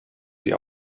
sie